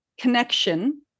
connection